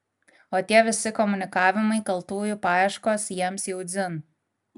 o tie visi komunikavimai kaltųjų paieškos jiems jau dzin